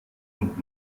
und